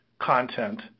content